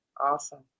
Awesome